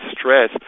stress